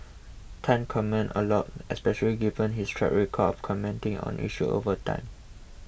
Tan comments a lot especially given his track record of commenting on issues over time